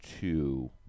two